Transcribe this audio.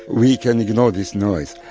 we can ignore this noise.